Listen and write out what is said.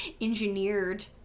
engineered